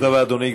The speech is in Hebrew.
תודה רבה, אדוני.